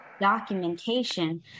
documentation